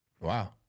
Wow